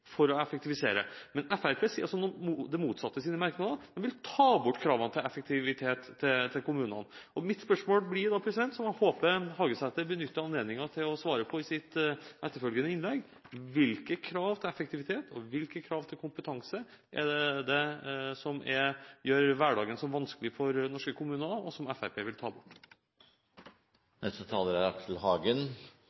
for å effektivisere. Men Fremskrittspartiet sier nå det motsatte i sine merknader: Det vil ta bort kravene til effektivitet i kommunene. Mitt spørsmål blir da – som jeg håper Hagesæter benytter anledningen til å svare på i sitt etterfølgende innlegg: Hvilke krav til effektivitet og hvilke krav til kompetanse er det som gjør hverdagen så vanskelig for norske kommuner, og som Fremskrittspartiet vil ta bort?